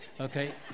okay